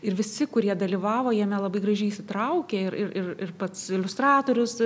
ir visi kurie dalyvavo jame labai gražiai įsitraukė ir ir ir ir pats iliustratorius